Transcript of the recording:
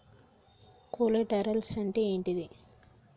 Collaterals అంటే ఏంటిది?